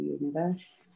universe